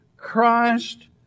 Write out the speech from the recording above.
Christ